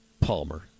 Palmer